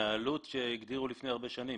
מהעלות שהגדירו לפני הרבה שנים.